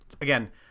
again